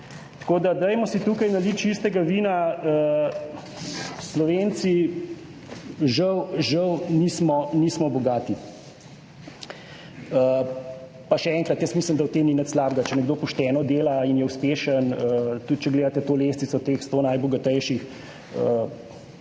Tako da dajmo si tukaj naliti čistega vina. Slovenci žal žal nismo bogati. Pa še enkrat, jaz mislim, da v tem ni nič slabega, če nekdo pošteno dela in je uspešen, tudi če gledate to lestvico teh sto najbogatejših, težko